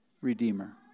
Redeemer